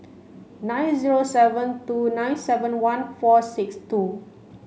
nine zero seven two nine seven one four six two